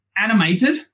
animated